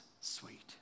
sweet